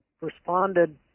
responded